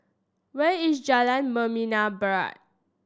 where is Jalan Membina Barat